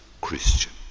Christian